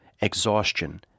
exhaustion